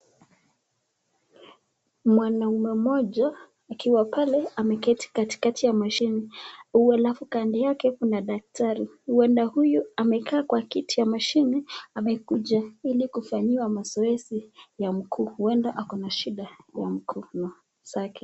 Mwanamume mmoja akiwa pale ameketi katikati ya mashine. alafu kando yake kuna daktari. Huenda huyu amekaa kwa kiti ya mashine amekuja ili kufanyiwa mazoezi ya mguu. Huenda ako na shida ya mguu.